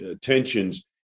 tensions